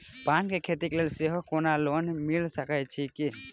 पान केँ खेती केँ लेल सेहो कोनो लोन मिल सकै छी की?